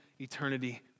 eternity